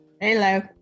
Hello